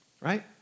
right